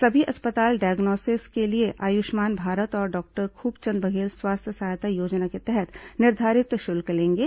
सभी अस्पताल डायग्नोसिस के लिए आयुष्मान भारत और डॉक्टर खूबचंद बघेल स्वास्थ्य सहायता योजना के तहत निर्धारित शुल्क लेंगे